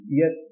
yes